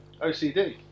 OCD